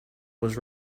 was